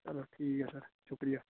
चलो ठीक ऐ सर शुक्रिया